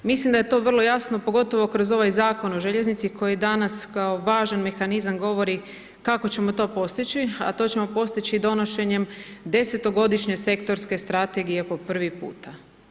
Mislim da je to vrlo jasno, pogotovo kroz ovaj Zakon o željeznici koji danas kao važan mehanizam govori kako ćemo to postići, a to ćemo postići donošenjem 10-godišnje sektorske strategije po prvi puta.